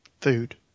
food